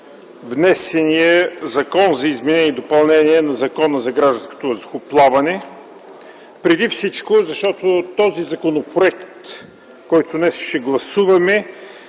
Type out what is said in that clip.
внесения Закон за изменение и допълнение на Закона за гражданското въздухоплаване, преди всичко защото този законопроект, който днес ще гласуваме,